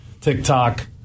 TikTok